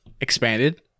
expanded